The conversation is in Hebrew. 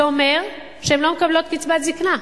זה אומר שהן לא מקבלות קצבת זיקנה.